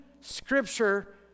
scripture